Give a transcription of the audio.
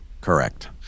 Correct